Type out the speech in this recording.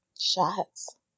Shots